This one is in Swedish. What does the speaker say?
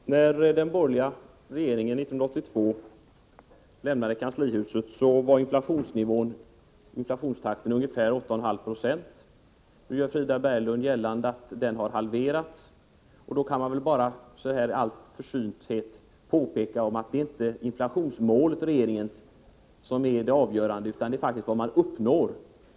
Fru talman! När den borgerliga regeringen 1982 lämnade kanslihuset var inflationstakten ungefär 8,5 70. Nu gör Frida Berglund gällande att den har halverats. Jag vill då bara i all försynthet påpeka att det inte är regeringens inflationsmål som är det avgörande utan vad man faktiskt uppnår.